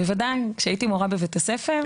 זה היה כשהייתי מורה בבית הספר.